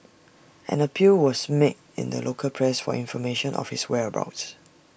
an appeal was made in the local press for information of his whereabouts